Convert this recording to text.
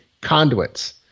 conduits